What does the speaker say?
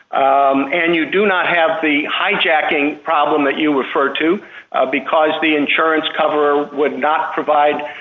um and you do not have the hijacking problem that you referred to ah because the insurance cover would not provide